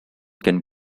can